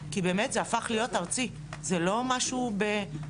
כמי שאמון על החקירות במצב דברים שבאמת קשה לזהות את העבריין,